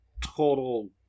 total